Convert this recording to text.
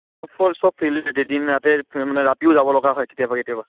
চব ফিল্ডতে দিন ৰাত মানে ৰাতিও যাব লগা হয় কেতিয়াবা কেতিয়াবা